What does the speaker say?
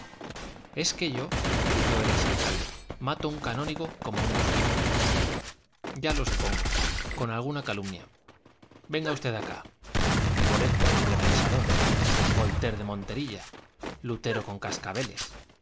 es que yo gritó el ex alcalde mato un canónigo como un mosquito ya lo supongo con alguna calumnia venga usted acá viborezno libre-pensador voltaire de monterilla lutero con cascabeles